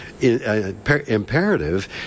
imperative